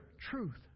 truth